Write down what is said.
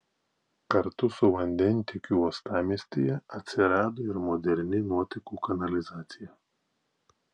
kartu su vandentiekiu uostamiestyje atsirado ir moderni nuotekų kanalizacija